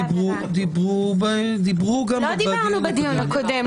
העבירה --- דיברו גם בדיון הקודם.